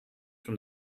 from